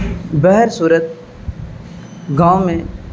بہر صورت گاؤں میں